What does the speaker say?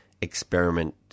experiment